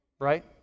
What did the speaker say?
right